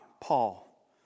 Paul